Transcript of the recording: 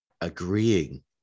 agreeing